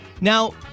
Now